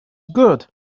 good